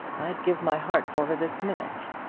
i'd give my heart for her this minute.